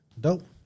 Dope